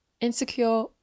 insecure